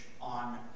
on